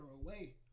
away